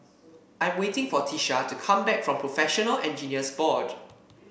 I'm waiting for Tisha to come back from Professional Engineers Board